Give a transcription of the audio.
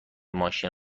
ماشین